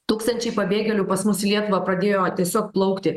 tūkstančiai pabėgėlių pas mus į lietuvą pradėjo tiesiog plaukti